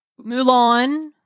Mulan